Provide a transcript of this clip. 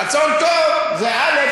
רצון טוב זה א.